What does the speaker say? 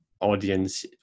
audience